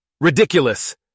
Ridiculous